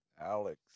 Alex